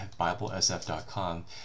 BibleSF.com